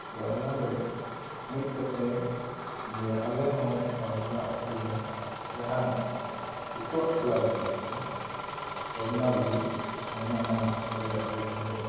ᱟᱫᱚ ᱚᱱᱟ ᱨᱮ ᱢᱤᱫ ᱠᱟᱛᱮ ᱡᱮ ᱟᱞᱮ ᱦᱚᱸ ᱵᱟᱢᱫᱟ ᱟᱹᱛᱩ ᱨᱮ ᱡᱟᱦᱟᱸ ᱫᱤᱠᱩᱣᱟᱜ ᱠᱞᱟᱵ ᱢᱮᱱᱟᱜᱼᱟ ᱵᱚᱨᱱᱟᱞᱤ ᱚᱱᱟᱨᱮ ᱟᱞᱮ ᱱᱚᱸᱰᱮ